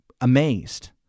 amazed